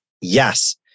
Yes